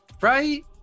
right